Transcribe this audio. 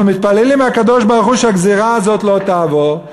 אנחנו מתפללים לקדוש-ברוך-הוא שהגזירה הזאת לא תעבור,